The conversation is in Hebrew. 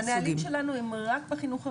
הנהלים שלנו הם רק בחינוך הרשמי,